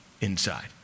inside